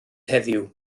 heddiw